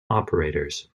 operators